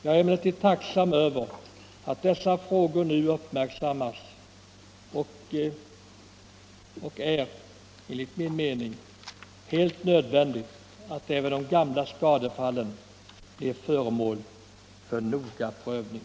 Jag är emellertid tacksam för att dessa frågor nu har uppmärksammats, och det är helt nödvändigt att även gamla skadefall blir föremål för noggrann prövning.